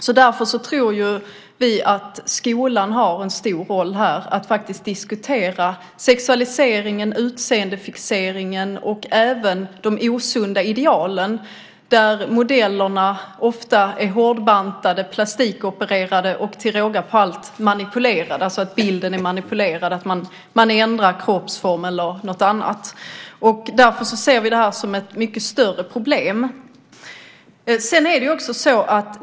Vi tror att skolan har en stor roll att spela genom att faktiskt diskutera sexualiseringen, utseendefixeringen och de osunda idealen, där modellerna ofta är hårdbantade, plastikopererade och till råga på allt manipulerade. Bilden är alltså manipulerad genom att man ändrat kroppsform eller något annat. Därför ser vi detta som ett mycket större problem.